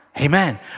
Amen